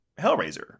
Hellraiser